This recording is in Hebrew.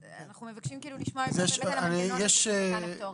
אנחנו מבקשים לשמוע לגבי המנגנון הזה בעניין הפטורים.